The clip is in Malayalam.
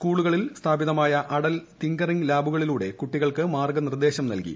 സ്കൂളുകളിൽ സ്ഥാപിതമായ അടൽ തിങ്കറിങ്ങ് ലാബുകളിലൂടെ കുട്ടികൾക്ക് മാർഗനിർദേശം നൽകി